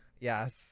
Yes